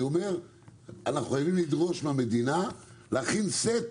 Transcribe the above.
אנחנו חייבים לדרוש מהמדינה להכין סט